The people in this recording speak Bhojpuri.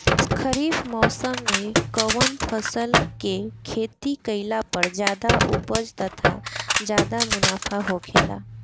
खरीफ़ मौसम में कउन फसल के खेती कइला पर ज्यादा उपज तथा ज्यादा मुनाफा होखेला?